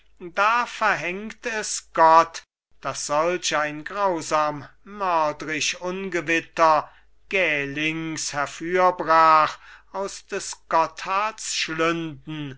da verhängt es gott dass solch ein grausam mördrisch ungewitter gählings herfürbrach aus des gotthards schlünden